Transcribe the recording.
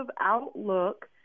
outlook